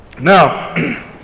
Now